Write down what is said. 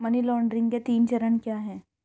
Money laundering के तीन चरण क्या हैं?